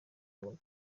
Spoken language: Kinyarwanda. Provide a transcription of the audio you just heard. abona